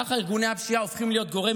ככה ארגוני הפשיעה הופכים להיות גורם